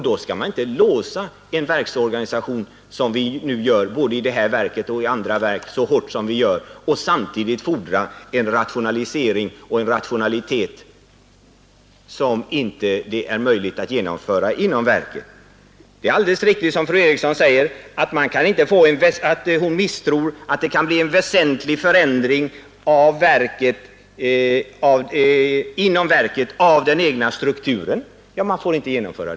Då skall man inte låsa ett verks organisation så hårt som vi nu gör både i detta och andra fall och samtidigt fordra en rationalisering som det inte är möjligt att genomföra inom verket. Fru Eriksson i Stockholm önskade att man inom verket skulle kunna genomföra en väsentlig förändring av verkets egen struktur. Ja, men verket får inte genomföra något sådant. Det borde man dock få göra.